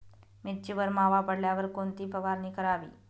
मिरचीवर मावा पडल्यावर कोणती फवारणी करावी?